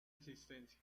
existencia